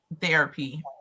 therapy